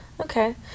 Okay